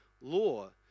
law